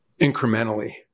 incrementally